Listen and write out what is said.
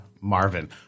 Marvin